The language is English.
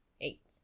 Eight